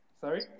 Sorry